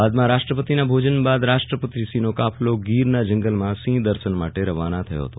બાદમાં રાષ્ટ્રપતિશ્રીના ભોજન બાદ રાષ્ટ્રપતિશ્રીનો કાફલો ગીરના જંગલમાં સિંહ દર્શન માટે રવાના થયો હતો